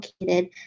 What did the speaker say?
located